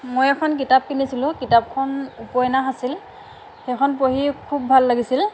মই এখন কিতাপ কিনিছিলোঁ কিতাপখন উপন্যাস আছিল সেইখন পঢ়ি খুব ভাল লাগিছিল